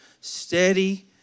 Steady